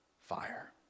fire